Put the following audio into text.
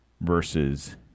versus